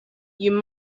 you